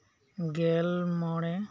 ᱜᱮᱞ ᱢᱚᱬᱮ